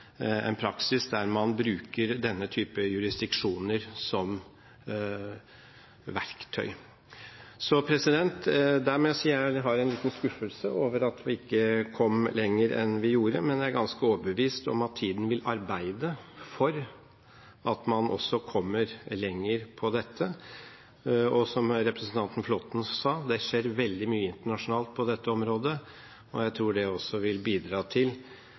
en god anvisning på hvordan det kan gjøres, ved å gi dem hele tre år til å avslutte praksisen med å bruke den type jurisdiksjoner som verktøy. Jeg må si at jeg er skuffet over at vi ikke kom lenger enn det vi gjorde, men jeg er ganske overbevist om at tiden vil arbeide for at man også kommer lenger på dette. Og som representanten Flåtten sa, skjer det veldig mye internasjonalt på dette området, og jeg tror det